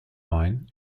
mine